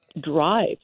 drive